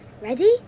Ready